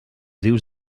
dius